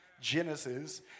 Genesis